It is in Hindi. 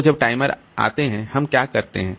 तो जब टाइमर आते हैं हम क्या करते हैं